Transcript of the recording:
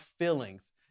feelings